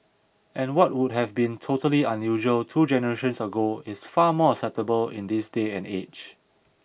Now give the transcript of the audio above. and what would have been totally unusual two generations ago is far more acceptable in this day and age